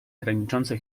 graniczące